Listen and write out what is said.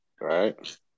right